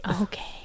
okay